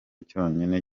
cyonyine